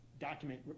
document